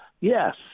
Yes